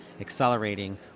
accelerating